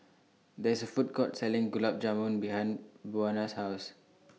There IS A Food Court Selling Gulab Jamun behind Buena's House